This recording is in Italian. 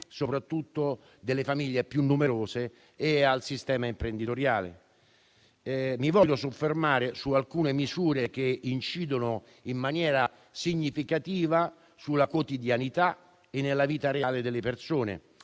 soprattutto di quelle più numerose, e del sistema imprenditoriale. Mi voglio soffermare su alcune misure che incidono in maniera significativa sulla quotidianità e sulla vita reale delle persone,